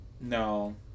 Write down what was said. no